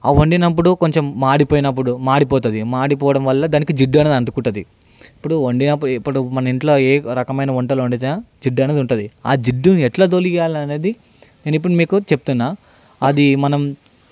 అవి వండినప్పుడు కొంచెం మాడిపోయినప్పుడు మాడిపోతాది మాడిపోవడం వల్ల దానికి జిడ్డు అనేది అంటుకుంటుంది ఇప్పుడు వండినప్పుడు ఇప్పుడు మన ఇంట్లో ఏ రకమైన వంటలు వండిన జిడ్డు అనేది ఉంటుంది ఆ జిడ్డుని ఎట్లా తొలగియాలి అనేది నేనిప్పుడు మీకు చెప్తున్నా అది మనం